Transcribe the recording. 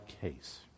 case